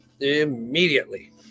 immediately